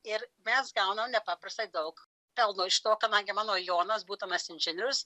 ir mes gaunam nepaprastai daug pelno iš to kadangi mano jonas būdamas inžinierius